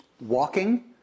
Walking